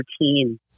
routine